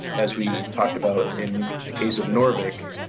as we talked about in the case of noorvik,